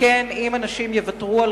שכן אם אנשים יוותרו על